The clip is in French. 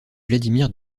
vladimir